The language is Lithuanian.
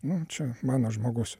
nu čia mano žmogus